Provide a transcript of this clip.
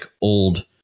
old